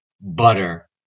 butter